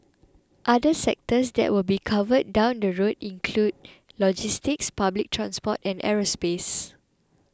other sectors that will be covered down the road include logistics public transport and aerospace